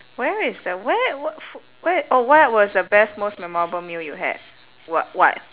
where is the where wh~ f~ where orh what was the best most memorable meal you had what what